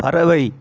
பறவை